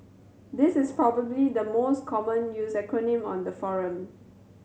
this is probably the most common used acronym on the forum